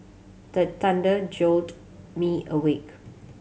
the thunder jolt me awake